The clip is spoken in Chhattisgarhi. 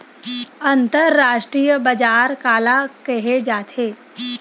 अंतरराष्ट्रीय बजार काला कहे जाथे?